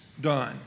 done